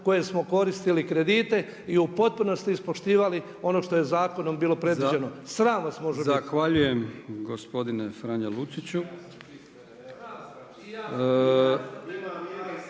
koje smo koristili kredite i u potpunosti ispoštivali ono što je zakonom bilo predviđeno. Sram vas može biti.